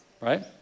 right